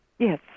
Yes